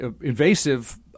invasive